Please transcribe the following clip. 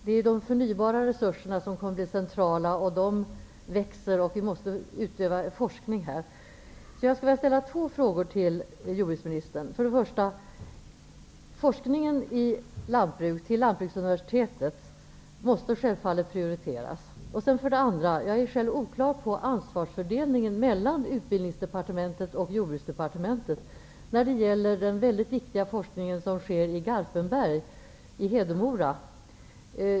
Det är de förnybara resurserna som kommer att bli centrala. De växer, och vi måste forska på detta omrmåde. För det första: Lantbruksuniversitetets forskning måste självfallet prioriteras. För det andra: Jag är själv osäker på ansvarsfördelningen mellan Jordbruksdepartementet när det gäller den mycket viktiga forskning som sker i Garpenberg i Hedemora.